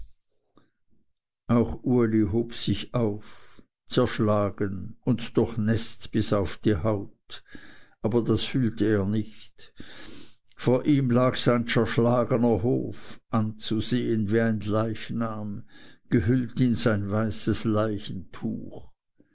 auch uli hob sich auf zerschlagen und durchnäßt bis auf die haut aber das fühlte er nicht vor ihm lag sein zerschlagener hof anzusehen wie ein leichnam gehüllt in sein weißes leichentuch